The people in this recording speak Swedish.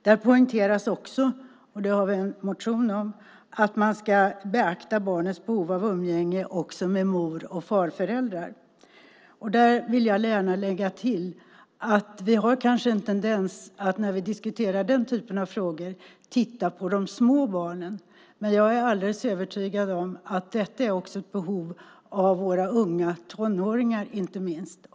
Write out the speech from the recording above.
Det poängteras också, vilket vi också har en motion om, att man ska beakta barnets behov av umgänge också med mor och farföräldrar. Jag vill gärna lägga till en sak där. När vi diskuterar den typen av frågor har vi kanske en tendens att titta på de små barnen. Men jag är alldeles övertygad om att detta är ett behov också hos våra unga tonåringar, inte minst.